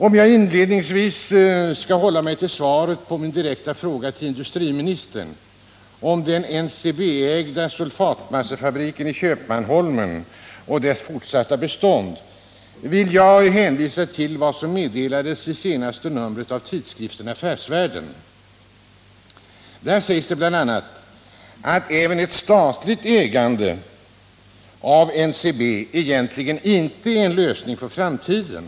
För att inledningsvis hålla mig till svaret på min direkta fråga till industriministern om den NCB-ägda sulfatmassefabriken i Köpmanholmen och dess fortsatta bestånd, vill jag hänvisa till vad som meddelas i det senaste numret av tidskriften Affärsvärlden. Där sägs det bl.a. att ett statligt ägande av NCB egentligen inte är en lösning för framtiden.